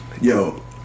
Yo